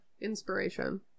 inspiration